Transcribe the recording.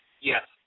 Yes